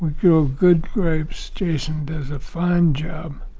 we grow good grapes. jason does a fine job.